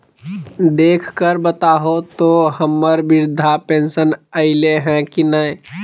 देख कर बताहो तो, हम्मर बृद्धा पेंसन आयले है की नय?